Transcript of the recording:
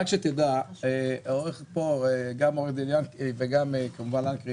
רק שתדע, גם עורך הדין ינקי וגם כמובן לנקרי